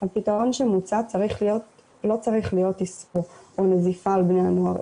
הפתרון שמוצע לא צריך להיות איסור או נזיפה על בני הנוער,